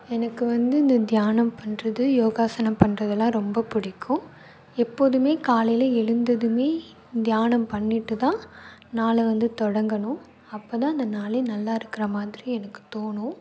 எனக்கு வந்து இந்த தியானம் பண்ணுறது யோகாசனம் பண்ணுறதெல்லாம் ரொம்ப பிடிக்கும் எப்போதுமே காலையில் எழுந்ததுமே தியானம் பண்ணிட்டுதான் நாளை வந்து தொடங்கணும் அப்போதான் அந்த நாளே நல்லா இருக்கிற மாதிரி எனக்கு தோணும்